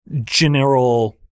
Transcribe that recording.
general